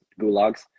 gulags